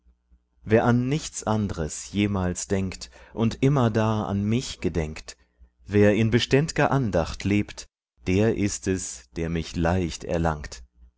wer an nichts andres jemals denkt und immerdar an mich gedenkt wer in beständ'ger andacht lebt der ist es der mich leicht erlangt